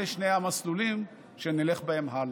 אלו שני המסלולים שנלך בהם הלאה.